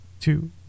two